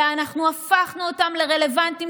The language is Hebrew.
אלא אנחנו הפכנו אותם לרלוונטיים,